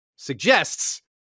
suggests